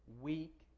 weak